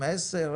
10,